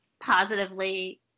positively